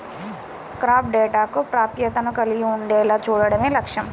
crop డేటాకు ప్రాప్యతను కలిగి ఉండేలా చూడడమే లక్ష్యం